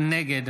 נגד